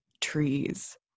trees